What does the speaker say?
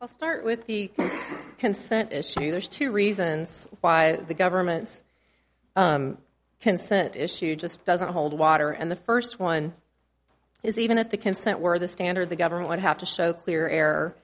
i'll start with the consent issue there's two reasons why the government's concert issue just doesn't hold water and the first one is even at the consent where the standard the government would have to show clear air